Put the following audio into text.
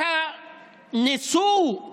שנשואי